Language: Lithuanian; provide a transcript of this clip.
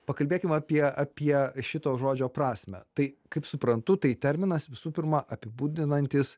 pakalbėkim apie apie šito žodžio prasmę tai kaip suprantu tai terminas visų pirma apibūdinantis